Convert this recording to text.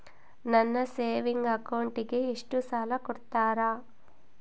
ನನ್ನ ಸೇವಿಂಗ್ ಅಕೌಂಟಿಗೆ ಎಷ್ಟು ಸಾಲ ಕೊಡ್ತಾರ?